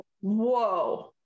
whoa